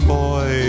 boy